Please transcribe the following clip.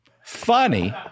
funny